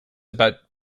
about